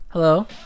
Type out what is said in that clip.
Hello